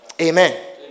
Amen